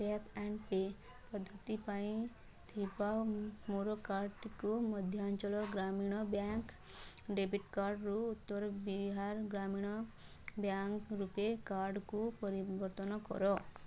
tap and pay ପଦ୍ଧତି ପାଇଁ ଥିବା ମୋର କାର୍ଡ଼ଟିକୁ ମଧ୍ୟାଞ୍ଚଳ ଗ୍ରାମୀଣ ବ୍ୟାଙ୍କ୍ ଡେବିଟ୍ କାର୍ଡ଼ରୁ ଉତ୍ତର ବିହାର ଗ୍ରାମୀଣ ବ୍ୟାଙ୍କ୍ ରୂପେ କାର୍ଡ଼କୁ ପରିବର୍ତ୍ତନ କର